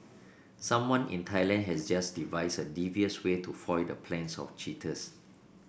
someone in Thailand has just devised a devious way to foil the plans of cheaters